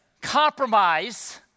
compromise